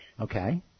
Okay